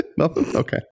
Okay